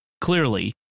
clearly